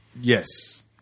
Yes